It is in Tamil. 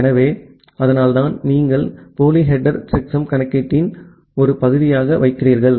எனவே அதனால்தான் நீங்கள் போலி ஹெட்டெர் செக்சம் கணக்கீட்டின் ஒரு பகுதியாக வைக்கிறீர்கள்